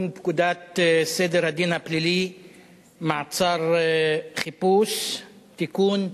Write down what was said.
פקודת סדר הדין הפלילי (מעצר וחיפוש) (תיקון,